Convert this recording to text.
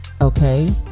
okay